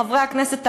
חברי הכנסת,